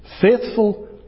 faithful